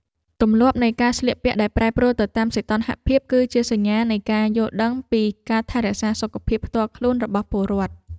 ទម្លាប់នៃការស្លៀកពាក់ដែលប្រែប្រួលទៅតាមសីតុណ្ហភាព គឺជាសញ្ញានៃការយល់ដឹងពីការថែរក្សាសុខភាពផ្ទាល់ខ្លួនរបស់ពលរដ្ឋ។